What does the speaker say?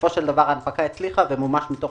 בסופו של דבר ההנפקה הצליחה ומומש מזה